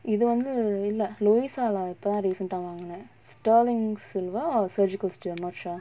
இதுவந்து இல்ல:ithuvanthu illa Lovisa lah இப்பதா:ippathaa recent ah வாங்கின:vaangina sterling silver or surgical steel not sure